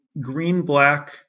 green-black